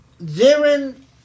therein